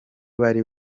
bari